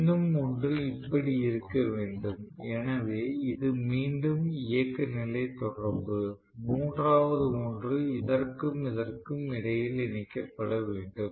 இன்னும் ஒன்று இப்படி இருக்க வேண்டும் எனவே இது மீண்டும் இயக்க நிலை தொடர்பு மூன்றாவது ஒன்று இதற்கும் இதற்கும் இடையில் இணைக்கப்பட வேண்டும்